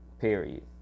Period